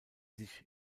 sich